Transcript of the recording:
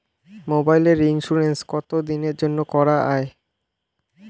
মোবাইলের ইন্সুরেন্স কতো দিনের জন্যে করা য়ায়?